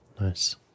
nice